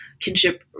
kinship